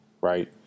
right